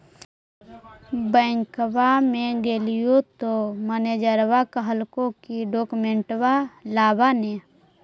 बैंकवा मे गेलिओ तौ मैनेजरवा कहलको कि डोकमेनटवा लाव ने?